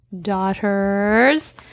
daughters